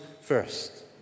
first